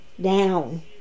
down